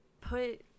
put